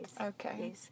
Okay